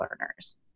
learners